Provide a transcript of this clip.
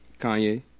Kanye